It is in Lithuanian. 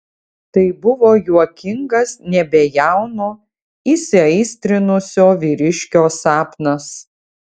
tai buvo juokingas nebejauno įsiaistrinusio vyriškio sapnas